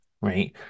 right